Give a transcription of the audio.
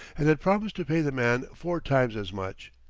and had promised to pay the man four times as much.